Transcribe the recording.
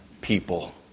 people